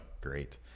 Great